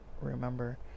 remember